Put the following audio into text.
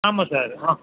ஆமாம் சார் ஆ